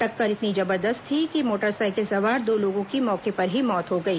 टक्कर इतनी जबरदस्त थी कि मोटरसाइकिल सवार दो लोगों की मौके पर ही मौत हो गई